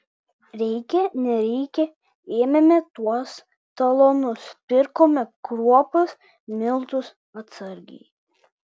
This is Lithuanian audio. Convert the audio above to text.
reikia nereikia ėmėme tuos talonus pirkome kruopas miltus atsargai